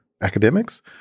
academics